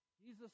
Jesus